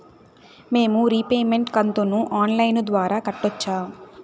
మేము రీపేమెంట్ కంతును online ద్వారా కట్టొచ్చా